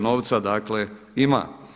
Novca dakle ima.